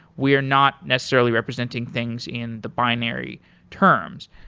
we are not necessarily representing things in the binary terms.